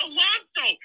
Alonso